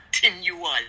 continual